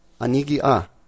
Anigi-a